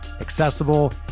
accessible